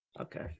okay